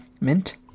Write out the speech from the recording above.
mint